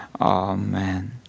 Amen